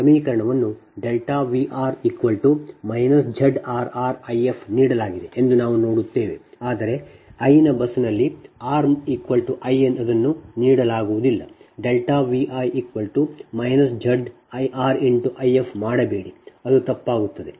ಸಮೀಕರಣವನ್ನು Vr ZrrIf ನೀಡಲಾಗಿದೆ ಎಂದು ನಾವು ನೋಡುತ್ತೇವೆ ಆದರೆ i ನ ಬಸ್ ನಲ್ಲಿ r i ಅದನ್ನು ನೀಡಲಾಗುವುದಿಲ್ಲ Vi ZirIf ಮಾಡಬೇಡಿ ಅದು ತಪ್ಪಾಗುತ್ತದೆ